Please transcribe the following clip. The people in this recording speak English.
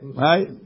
right